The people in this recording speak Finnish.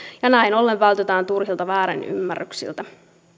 ja näin ollen vältytään turhilta väärinymmärryksiltä